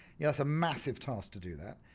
yeah it's a massive task to do that.